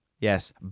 yes